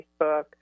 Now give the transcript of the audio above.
Facebook